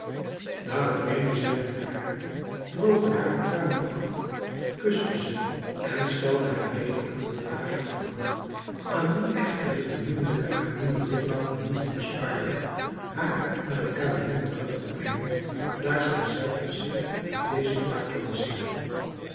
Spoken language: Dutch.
daarop weende zij met haar droogde hare tranen af kuste ze en stelde haar weder aan den drager ter hand aan wien echter de beminnelijke amine ditmaal de moeite bespaarde haar naar het kabinet terug te brengen daar zij zelve zich met deze taak belastte